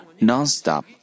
non-stop